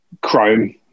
Chrome